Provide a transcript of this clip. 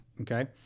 okay